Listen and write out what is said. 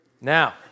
Now